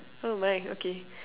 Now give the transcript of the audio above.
oh my okay